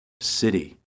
city